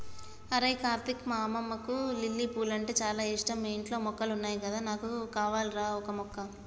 అరేయ్ కార్తీక్ మా అమ్మకు లిల్లీ పూలంటే చాల ఇష్టం మీ ఇంట్లో మొక్కలున్నాయి కదా నాకు కావాల్రా ఓక మొక్క